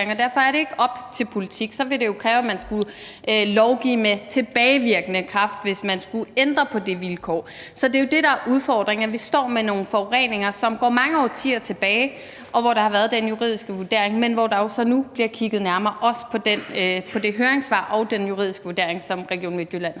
derfor er det ikke op til politik; så ville det jo kræve, at man skulle lovgive med tilbagevirkende kraft, altså hvis man skulle ændre på det vilkår. Så det er jo det, der er udfordringen: at vi står med nogle forureninger, som går mange årtier tilbage, og hvor der har været den juridiske vurdering, men hvor der så nu bliver kigget nærmere på det, også på det høringssvar og den juridiske vurdering, som Region Midtjylland har